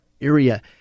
area